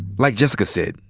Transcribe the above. like jessica said,